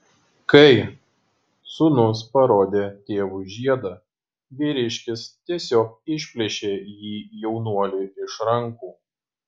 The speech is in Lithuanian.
kai sūnus parodė tėvui žiedą vyriškis tiesiog išplėšė jį jaunuoliui iš rankų